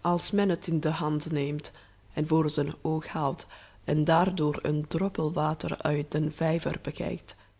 als men het in de hand neemt en voor zijn oog houdt en daardoor een droppel water uit den vijver bekijkt